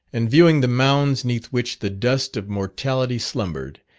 and viewing the mounds neath which the dust of mortality slumbered,